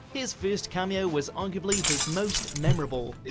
his first cameo was arguably his most memorable.